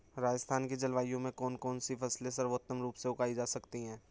राजस्थान की जलवायु में कौन कौनसी फसलें सर्वोत्तम रूप से उगाई जा सकती हैं?